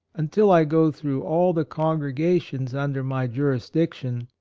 until i go through all the congregations under my jurisdic tion,